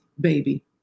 baby